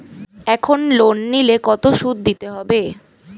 এখন লোন নিলে কত সুদ দিতে হয়?